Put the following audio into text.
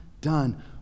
done